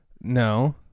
No